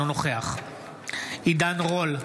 אינו נוכח עידן רול,